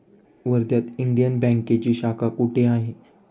वर्ध्यात इंडियन बँकेची शाखा कुठे आहे?